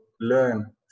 learn